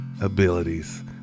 abilities